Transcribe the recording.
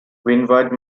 windward